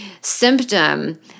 symptom